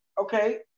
okay